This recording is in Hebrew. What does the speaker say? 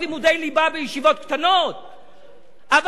עבר החוק של מרגי על הרשויות המקומיות,